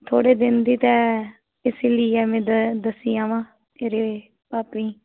ते थोह्ड़े दिनें ई में दस्सी लेई आमां एह्दे भापै ई